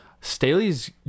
Staley's